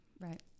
Right